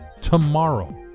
tomorrow